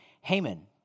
Haman